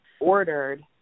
ordered